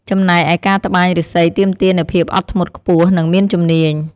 ចំណែកឯការត្បាញឫស្សីទាមទារនូវភាពអត់ធ្មត់ខ្ពស់ និងមានជំនាញ។